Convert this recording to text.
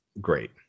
great